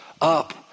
up